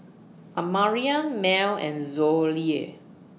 Amarion Mel and Zollie